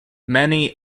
many